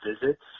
visits